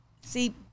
See